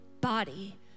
body